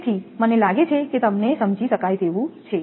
તેથી મને લાગે છે કે તે તમને સમજી શકાય તેવું છે